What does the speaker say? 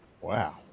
Wow